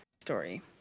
story